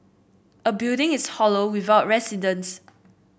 a building is hollow without residents